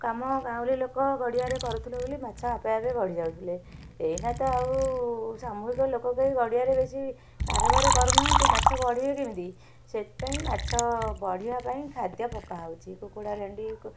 କାମ ଗାଉଁଲି ଲୋକ ଗଡ଼ିଆରେ କରୁଥୁଲୁ ବୋଲି ମାଛ ଆପେ ଆପେ ବଢ଼ିଯାଉଥିଲେ ଏଇନା ତ ଆଉ ସବୁ ତ ଲୋକ କେହି ଗଡ଼ିଆରେ ବେଶି କାରବାର କରୁନାହାଁନ୍ତି ମାଛ ବଢ଼ିବେ କେମିତି ସେଥିପାଇଁ ମାଛ ବଢ଼ିବା ପାଇଁ ଖାଦ୍ଯ ପକାହଉଛି କୁକୁଡ଼ା ଲେଣ୍ଡୀ କୁ